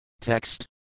Text